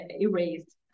erased